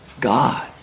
God